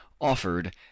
offered